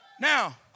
Now